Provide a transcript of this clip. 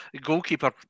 goalkeeper